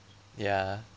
ya